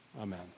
Amen